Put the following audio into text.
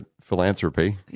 philanthropy